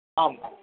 आम् आम्